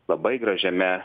labai gražiame